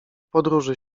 podróży